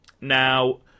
Now